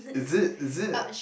is it is it